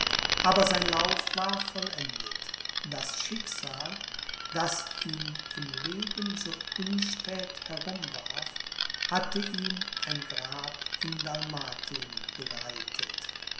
aber sein lauf war vollendet das schicksal das ihn im leben so unstät herumwarf hatte ihm ein grab in dalmatien bereitet